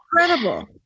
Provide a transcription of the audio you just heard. incredible